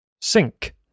Sink